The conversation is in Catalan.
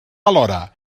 alhora